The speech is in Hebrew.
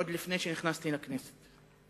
עוד מלפני שנכנסתי לכנסת.